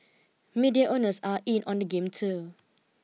media owners are in on the game too